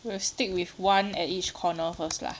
we'll stick with one at each corner first lah